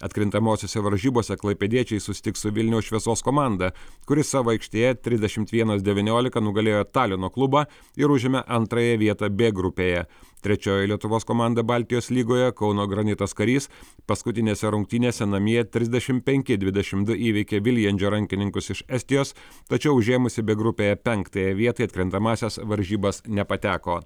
atkrintamosiose varžybose klaipėdiečiai susitiks su vilniaus šviesos komanda kuri savo aikštėje trisdešimt vienas devyniolika nugalėjo talino klubą ir užėmė antrąją vietą b grupėje trečioji lietuvos komanda baltijos lygoje kauno granitas karys paskutinėse rungtynėse namie trisdešimt penki dvidešimt du įveikė viljandžio rankininkus iš estijos tačiau užėmusi b grupėje penktąją vietą į atkrintamąsias varžybas nepateko